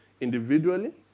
individually